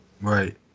right